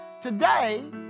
today